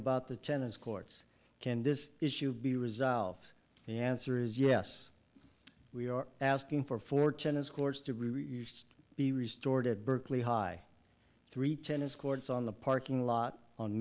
about the tennis courts can this issue be resolved the answer is yes we are asking for four tennis courts to be restored at berkeley high three tennis courts on the parking lot on